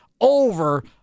over